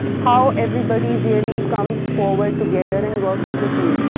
how everybody really comes forward together and works as a team.